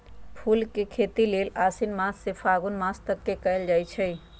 फूल के खेती लेल आशिन मास से फागुन तक कएल जाइ छइ